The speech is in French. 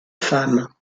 femmes